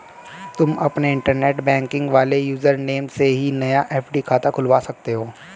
तुम अपने internet banking वाले यूज़र नेम से ही नया एफ.डी खाता खुलवा सकते हो